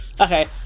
Okay